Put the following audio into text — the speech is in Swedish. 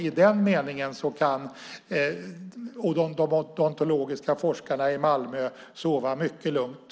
I den meningen kan de odontologiska forskarna i Malmö sova mycket lugnt.